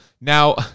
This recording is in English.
Now